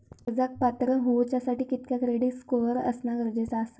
कर्जाक पात्र होवच्यासाठी कितक्या क्रेडिट स्कोअर असणा गरजेचा आसा?